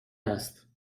است